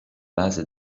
base